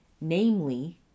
Namely